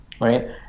right